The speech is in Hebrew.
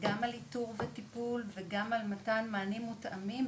גם על איתור וטיפול וגם על מתן מענים מותאמים,